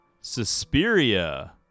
Suspiria